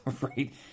right